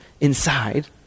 inside